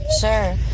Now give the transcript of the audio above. sure